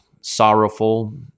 sorrowful